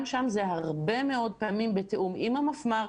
גם שם זה הרבה מאוד פעמים בתאום עם המפמ"ר,